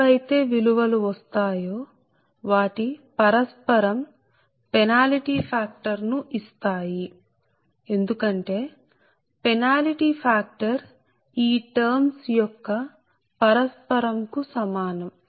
ఏవైతే విలువలు వస్తాయో వాటి పరస్పరం పెనాల్టీ ఫ్యాక్టర్ ను ఇస్తాయి ఎందుకంటే పెనాల్టీ ఫ్యాక్టర్ ఈ టర్మ్స్ యొక్క పరస్పరం కు సమానం